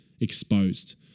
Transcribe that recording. exposed